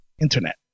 internet